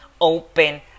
open